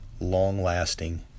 long-lasting